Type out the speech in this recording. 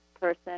person